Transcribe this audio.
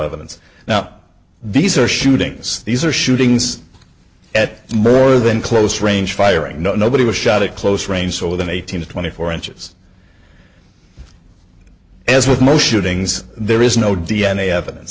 evidence now these are shootings these are shootings at more than close range firing you know nobody was shot at close range so within eighteen to twenty four inches as with most shootings there is no d n a evidence